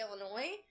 Illinois